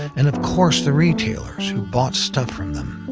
and of course the retailers who bought stuff from them.